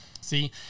See